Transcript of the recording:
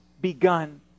begun